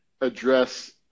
address